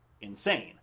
insane